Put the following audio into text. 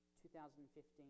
2015